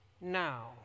now